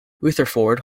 rutherford